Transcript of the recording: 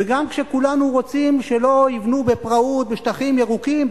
וגם כשכולנו רוצים שלא יבנו בפראות בשטחים ירוקים,